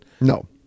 No